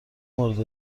مورد